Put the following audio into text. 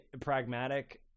pragmatic